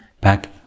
back